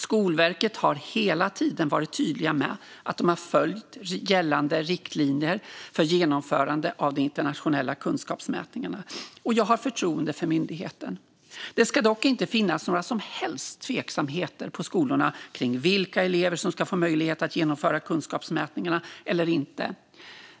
Skolverket har hela tiden varit tydliga med att de har följt gällande riktlinjer för genomförandet av de internationella kunskapsmätningarna, och jag har förtroende för myndigheten. Det ska dock inte finnas några som helst tveksamheter på skolorna kring vilka elever som ska få möjlighet att genomföra kunskapsmätningarna eller inte.